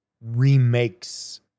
remakes